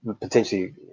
potentially